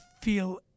feel